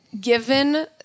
given